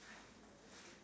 be quick